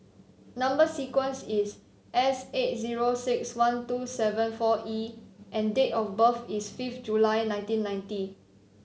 number sequence is S eight zero six one two seven four E and date of birth is fifth July nineteen ninety